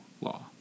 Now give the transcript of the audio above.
law